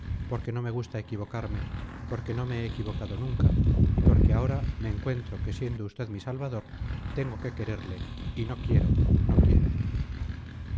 porque no me gusta equivocarme porque no me he equivocado nunca y porque ahora me encuentro que siendo usted mi salvador tengo que quererle y no quiero no quiero